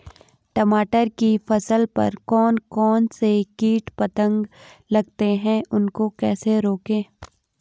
टमाटर की फसल पर कौन कौन से कीट पतंग लगते हैं उनको कैसे रोकें?